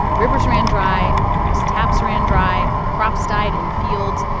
rivers ran dry. people's taps ran dry. crops died in the fields.